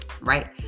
right